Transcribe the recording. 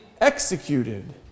executed